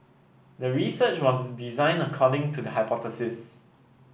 the research was designed according to the hypothesis